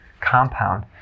compound